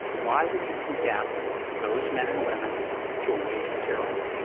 why would you condemn those men and women to a wage of zero?